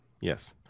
Yes